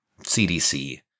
CDC